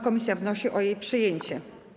Komisja wnosi o jej przyjęcie.